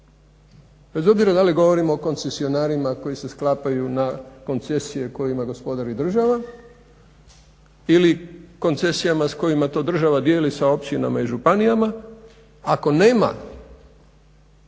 bez obzira da li govorimo o koncesionarima koji se sklapaju na koncesije kojima gospodari država, ili koncesijama s kojima to država dijeli sa općinama i županijama, ako nema disciplinirane